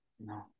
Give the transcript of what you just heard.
No